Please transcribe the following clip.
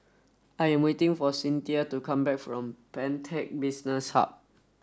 I am waiting for Cinthia to come back from Pantech Business Hub